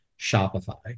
Shopify